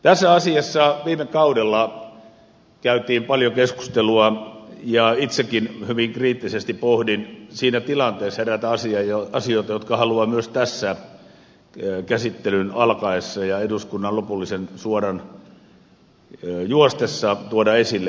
tässä asiassa viime kaudella käytiin paljon keskustelua ja itsekin hyvin kriittisesti pohdin siinä tilanteessa eräitä asioita jotka haluan myös tässä käsittelyn alkaessa ja eduskunnan lopullisen suoran juostessa tuoda esille